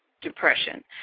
depression